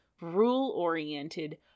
rule-oriented